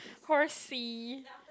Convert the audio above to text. horsey